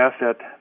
asset